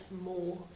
more